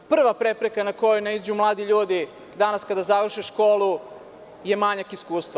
Prva prepreka na koju naiđu mladi ljudi, danas kada završe školu, je manjak iskustva.